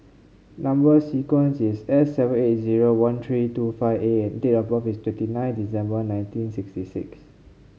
number sequence is S seven eight zero one three two five A and date of birth is twenty nine December nineteen sixty six